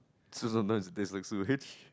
so sometimes it taste like sewage